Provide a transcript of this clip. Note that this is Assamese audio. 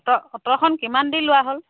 অট' অট'খন কিমান দি লোৱা হ'ল